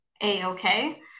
a-okay